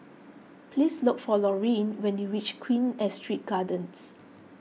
please look for Laureen when you reach Queen Astrid Gardens